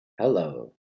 hello